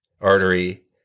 artery